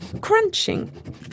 crunching